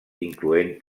incloent